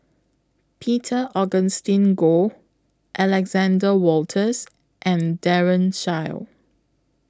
Peter Augustine Goh Alexander Wolters and Daren Shiau